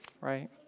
right